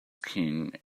king